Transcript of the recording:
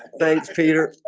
thanks peter